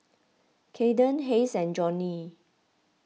Kaeden Hays and Johny